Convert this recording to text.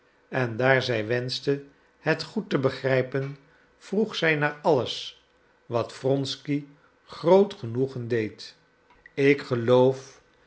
en daar zij wenschte het goed te begrijpen vroeg zij naar alles wat wronsky groot genoegen deed ik geloof